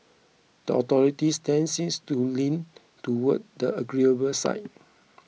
the authorities' stance seems to lean towards the agreeable side